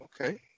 Okay